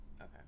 Okay